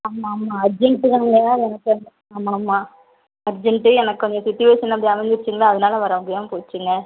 ஆமாம் ஆமாம் அர்ஜெண்ட்டு தாங்க ஆமாம் ஆமாம் அர்ஜெண்ட்டு எனக்கு கொஞ்சம் சிட்சுவேஷன் அப்படி அமைஞ்சிச்சிங்களா அதனால் வரமுடியாமல் போச்சுங்க